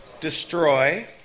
destroy